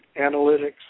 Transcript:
analytics